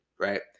Right